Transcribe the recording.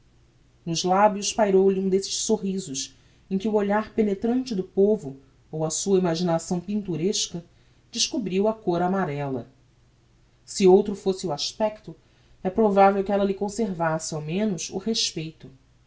nos labios pairou lhe um desses sorrisos em que o olhar penetrante do povo ou a sua imaginação pintoresca descobriu a côr amarella se outro fosse o aspecto é provavel que ella lhe conservasse ao menos o respeito